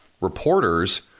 Reporters